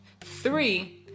Three